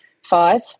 five